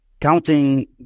Counting